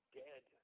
dead